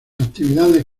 actividades